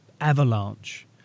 avalanche